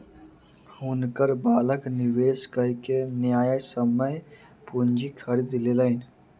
हुनकर बालक निवेश कय के न्यायसम्य पूंजी खरीद लेलैन